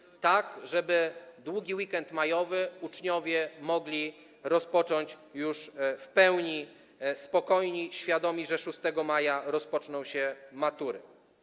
Chodzi o to, żeby długi weekend majowy uczniowie mogli rozpocząć już w pełni spokojni, świadomi, że 6 maja rozpoczną się matury.